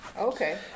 Okay